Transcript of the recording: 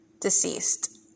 deceased